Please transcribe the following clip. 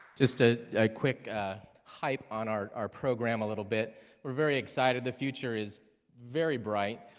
just a quick ah hype on our our program a little bit we're very excited the future is very bright.